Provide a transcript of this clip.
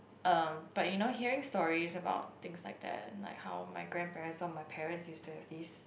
um but you know hearing stories about things like that like how my grandparents or my parents used to have these